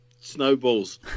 snowballs